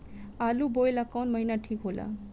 आलू बोए ला कवन महीना ठीक हो ला?